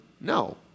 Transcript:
No